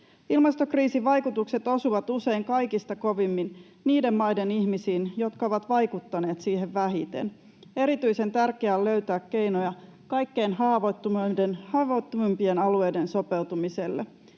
Ilmastokriisin vaikutukset osuvat usein kaikista kovimmin niiden maiden ihmisiin, jotka ovat vaikuttaneet siihen vähiten. Erityisen tärkeää on löytää keinoja kaikkein haavoittuvimpien alueiden sopeutumiseen.